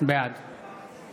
בעד